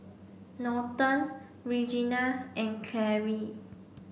Norton Reginal and Claire